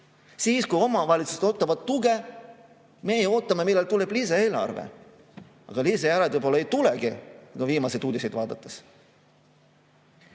Siis, kui omavalitsused ootavad tuge, meie ootame, millal tuleb lisaeelarve. Aga lisaeelarvet võib-olla ei tulegi, viimaseid uudiseid vaadates.